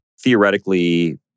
Theoretically